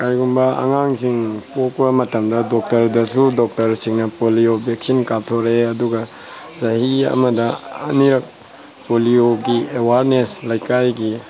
ꯀꯔꯤꯒꯨꯝꯕ ꯑꯉꯥꯡꯁꯤꯡ ꯄꯣꯛꯄ ꯃꯇꯝꯗ ꯗꯣꯛꯇꯔꯗꯁꯨ ꯗꯣꯛꯇꯔꯁꯤꯡꯅ ꯄꯣꯂꯤꯑꯣ ꯚꯦꯛꯁꯤꯟ ꯀꯥꯞꯊꯣꯔꯛꯏ ꯑꯗꯨꯒ ꯆꯍꯤ ꯑꯃꯗ ꯑꯅꯤꯔꯛ ꯄꯣꯂꯤꯑꯣꯒꯤ ꯑꯋꯥꯔꯅꯦꯁ ꯂꯩꯀꯥꯏꯒꯤ